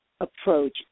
approach